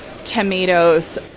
tomatoes